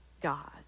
God